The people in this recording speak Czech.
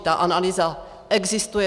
Ta analýza existuje.